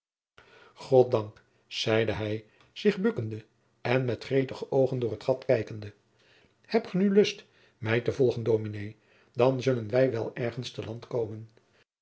goddank zeide hij zich bukkende en met gretige oogen door het gat kijkende hebt ge nu lust mij te volgen dominé dan zullen wij wel ergens te land komen